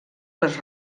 les